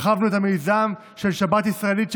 הרחבנו את מיזם שבת ישראלית,